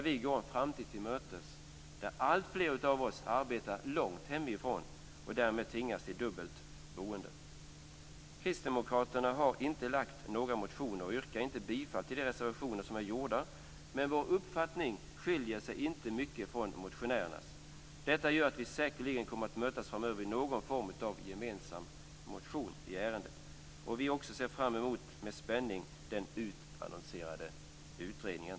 Vi går en framtid till mötes då alltfler av oss arbetar långt hemifrån och därmed tvingas till dubbelt boende. Kristdemokraterna har inte lagt fram några motioner och yrkar inte bifall till de reservationer som är framlagda, men vår uppfattning skiljer sig inte mycket från motionärernas. Detta gör att vi säkerligen kommer att mötas framöver i någon form av gemensam motion i ärendet. Vi ser också med spänning fram emot den annonserade utredningen.